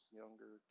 younger